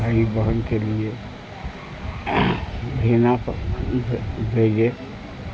بھائی بہن کے لیے بھیجنا بھیجے